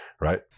right